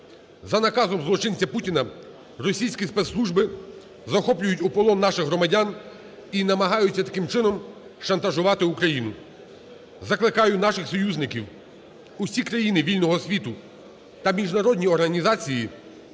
За наказом злочинця Путіна російські спецслужби захоплюють у полон наших громадян і намагаються таким чином шантажувати Україну. Закликаю наших союзників, усі країни вільного світу та міжнародні організації